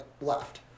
left